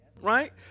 Right